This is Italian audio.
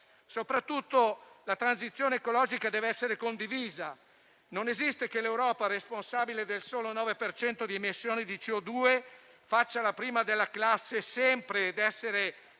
Soprattutto, la transizione ecologica dev'essere condivisa: non esiste che l'Europa, responsabile del solo 9 per cento di emissioni di CO2, faccia la prima della classe sempre, fissando